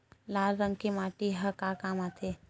लाल रंग के माटी ह का काम आथे?